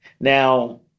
Now